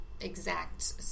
exact